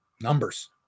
Numbers